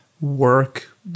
work